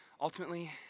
ultimately